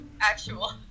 actual